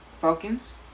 Falcons